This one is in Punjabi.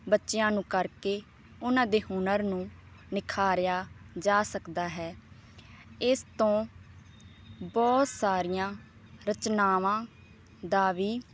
ਬੱਚਿਆਂ ਨੂੰ ਕਰਕੇ ਉਨ੍ਹਾਂ ਦੇ ਹੁਨਰ ਨੂੰ ਨਿਖਾਰਿਆ ਜਾ ਸਕਦਾ ਹੈ ਇਸ ਤੋਂ ਬਹੁਤ ਸਾਰੀਆਂ ਰਚਨਾਵਾਂ ਦਾ ਵੀ